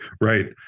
right